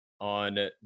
on